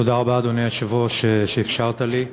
תודה רבה, אדוני היושב-ראש, שאפשרת לי.